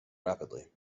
rapidly